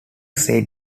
said